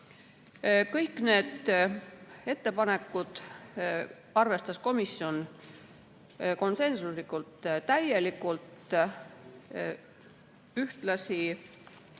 Kõiki neid ettepanekuid arvestas komisjon konsensuslikult täielikult. Ühtlasi